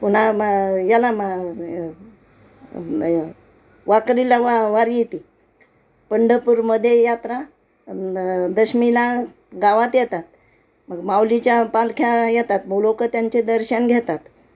पुन्हा याला मा वारकरीला वा वारी येते पंढपूरमध्ये यात्रा दशमीला गावात येतात मग माऊलीच्या पालख्या येतात मग लोकं त्यांचे दर्शन घेतात